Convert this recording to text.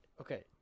okay